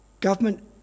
Government